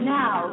now